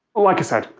like i said,